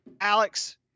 Alex